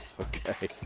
Okay